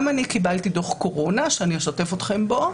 גם אני קיבלתי דוח קורונה, שאני אשתף אתכם בו,